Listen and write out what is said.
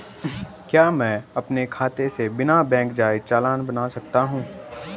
क्या मैं अपने खाते से बिना बैंक जाए चालान बना सकता हूँ?